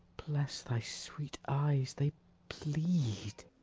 bless thy sweet eyes, they bleed.